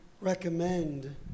recommend